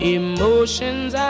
emotions